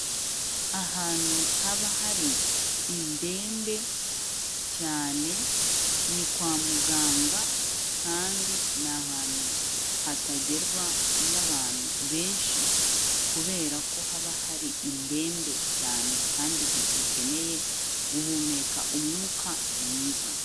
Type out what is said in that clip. Ahantu haba hari indembe cyane, ni kwa muganga kandi ni ahantu hatagerwa n'abantu benshi kubera ko haba hari indembe cyane kandi zikeneye guhumeka umwuka mwiza.